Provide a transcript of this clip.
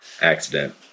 accident